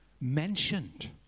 mentioned